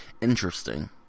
Interesting